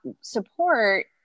support